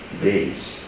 days